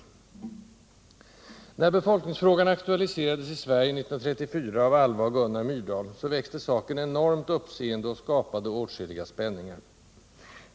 När befolkningsfrågan aktualiserades i Sverige 1934 av Alva och Gunnar Myrdal, så väckte saken enormt uppseende och skapade åtskilliga spänningar.